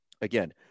again